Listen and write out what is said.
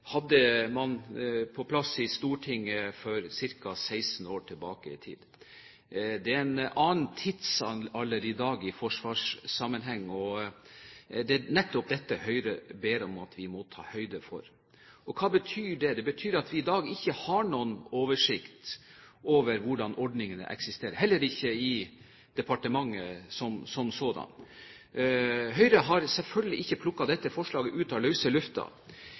hadde man på plass i Stortinget for ca. 16 år tilbake. Det er en annen tidsalder i dag i forsvarssammenheng, og det er nettopp dette Høyre ber om at vi tar høyde for. Hva betyr det? Det betyr at vi i dag ikke har noen oversikt over hvordan ordningene eksisterer, heller ikke i departementet som sådant. Høyre har selvfølgelig ikke grepet dette forslaget ut av